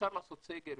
אפשר לעשות סגר,